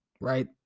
Right